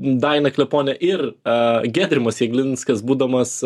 daina kleponė ir a giedrimas jeglinskas būdamas